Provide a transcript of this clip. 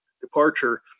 departure